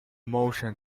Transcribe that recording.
motion